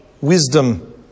wisdom